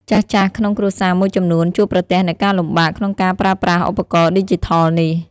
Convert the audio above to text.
ចាស់ៗក្នុងគ្រួសារមួយចំនួន ជួបប្រទះនូវការលំបាកក្នុងការប្រើប្រាស់ឧបករណ៍ឌីជីថលនេះ។